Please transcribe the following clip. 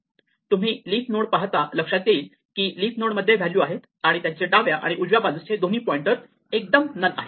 तुम्ही leaf node पाहता लक्षात येईल की लिफ नोड मध्ये व्हॅल्यू आहेत आणि त्यांचे डाव्या आणि उजव्या बाजूचे दोन्ही पॉइंटर एकदम नन आहेत